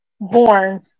born